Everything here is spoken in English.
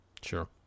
Sure